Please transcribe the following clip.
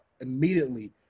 immediately